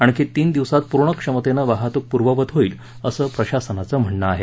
आणखी तीन दिवसात पूर्ण क्षमतेनं वाहतूक पूर्ववत होईल असं प्रशासनाचं म्हणणं आहे